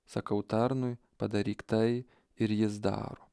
sakau tarnui padaryk tai ir jis daro